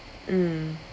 mm